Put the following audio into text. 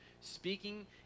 speaking